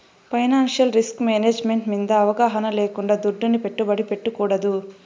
financial risk management మింద అవగాహన లేకుండా దుడ్డుని పెట్టుబడి పెట్టకూడదు